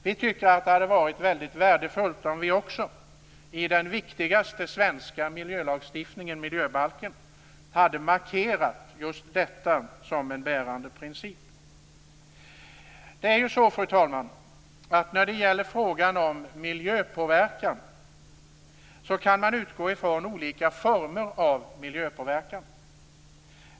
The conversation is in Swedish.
Vi tycker att det hade varit väldigt värdefullt om vi också i den viktigaste svenska miljölagstiftningen, miljöbalken, hade markerat just detta som en bärande princip. Det är ju så, fru talman, att man kan utgå från olika former av miljöpåverkan.